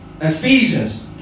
Ephesians